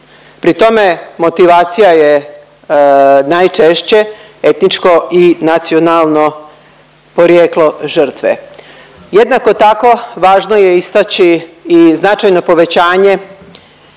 Pri tome motivacija je najčešće etničko i nacionalno porijeklo žrtve. Jednako tako važno je istaći i značajno povećanje